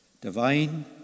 divine